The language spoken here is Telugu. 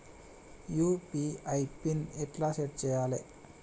యూ.పీ.ఐ పిన్ ఎట్లా సెట్ చేయాలే?